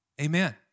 Amen